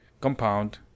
compound